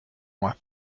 moi